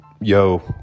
yo